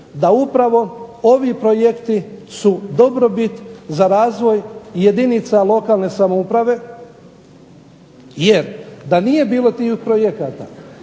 da upravo ovi projekti su dobrobit za razvoj jedinica lokalne samouprave. Jer da nije bilo tih projekata